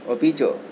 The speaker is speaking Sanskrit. अपि च